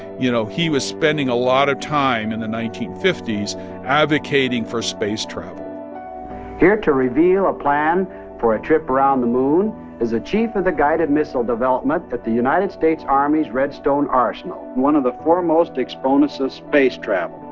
you know, he was spending a lot of time in the nineteen fifty s advocating for space travel here to reveal a plan for a trip around the moon is a chief of the guided missile development at the united states army's red stone arsenal, one of the foremost exponents of space travel,